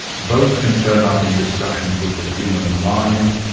both can turn up in discussions of the human mind.